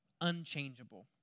unchangeable